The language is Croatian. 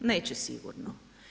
Neće sigurno.